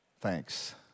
Thanks